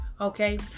Okay